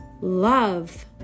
love